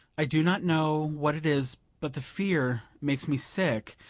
i do not know what it is, but the fear makes me sick,